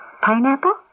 Pineapple